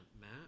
Matt